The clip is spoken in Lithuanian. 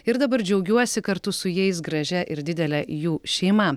ir dabar džiaugiuosi kartu su jais gražia ir didele jų šeima